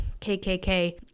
KKK